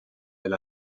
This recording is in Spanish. del